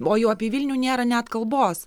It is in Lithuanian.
o jau apie vilnių nėra net kalbos